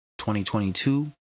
2022